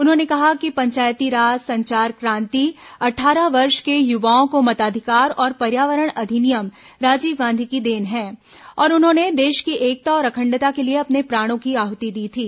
उन्होंने कहा कि पंचायती राज संचार क्रांति अट्ठारह वर्ष के युवाओं को मताधिकार और पर्यावरण अधिनियम राजीव गांधी की देन है और उन्होंने देश की एकता तथा अखंडता के लिए अपने प्राणों की आहति दी थी